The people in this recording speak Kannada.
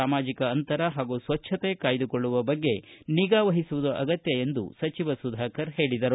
ಸಾಮಾಜಿಕ ಅಂತರ ಹಾಗೂ ಸ್ವಚ್ಗತೆ ಕಾಯ್ದುಕೊಳ್ಳುವ ಬಗ್ಗೆ ನಿಗಾವಹಿಸುವುದು ಅಗತ್ತ ಎಂದು ಸಚಿವ ಸುಧಾಕರ ಹೇಳಿದರು